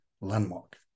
landmark